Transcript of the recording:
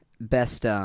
best